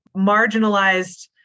marginalized